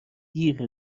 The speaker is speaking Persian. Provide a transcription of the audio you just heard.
دیر